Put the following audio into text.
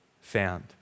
found